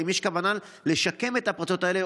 האם יש כוונה לשקם את הפרצות האלה,